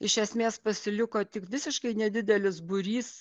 iš esmės pasiliko tik visiškai nedidelis būrys